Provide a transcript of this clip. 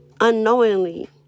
unknowingly